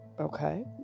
Okay